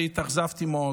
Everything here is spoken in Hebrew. והתאכזבתי מאוד,